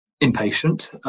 impatient